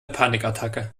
panikattacke